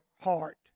heart